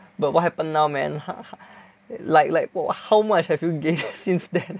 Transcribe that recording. but what happen now man like like wha~ how much have you gain since then